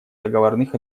договорных